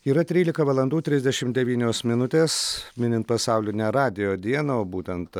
yra trylika valandų trisdešim devynios minutės minint pasaulinę radijo dieną o būtent